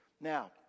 Now